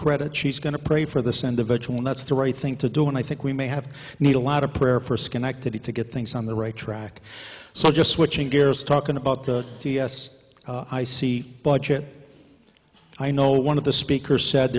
credit she's going to pray for this and a virtue and that's the right thing to do and i think we may have need a lot of prayer for schenectady to get things on the right track so just switching gears talking about the ts i see budget i know one of the speakers said